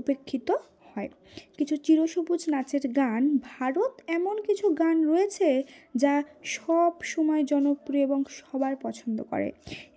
উপেক্ষিত হয় কিছু চিরসবুজ নাচের গান ভারত এমন কিছু গান রয়েছে যা সব সমময় জনপ্রিয় এবং সবার পছন্দ করে